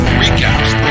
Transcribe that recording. recaps